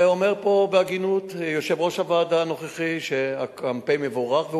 ואומר פה בהגינות יושב-ראש הוועדה הנוכחי שהקמפיין מבורך,